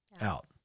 out